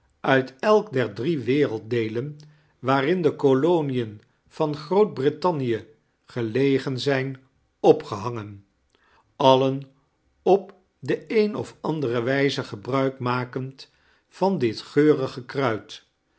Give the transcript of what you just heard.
uit elk der drie werelddeelen waarin de kolonien van groot-brittanie gelegen zijn opgehangen alien op de een of andere wijze gebruik makend van dit geurige kruid